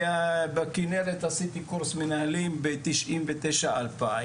ובכינרת עשיתי קורס מנהלים ב- 1999-2000,